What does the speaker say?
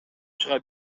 чыга